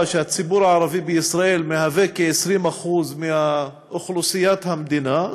שהציבור הערבי בישראל הוא כ-20% מאוכלוסיית המדינה,